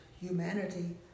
humanity